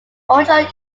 original